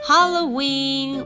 Halloween